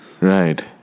Right